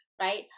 Right